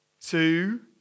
two